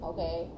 Okay